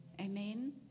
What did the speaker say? Amen